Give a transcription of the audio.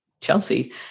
Chelsea